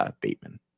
Bateman